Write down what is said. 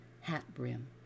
hat-brim